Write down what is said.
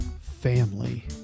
family